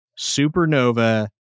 Supernova